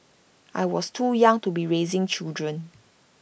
I was too young to be raising children